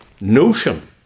notion